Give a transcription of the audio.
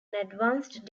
advanced